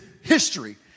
history